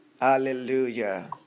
Hallelujah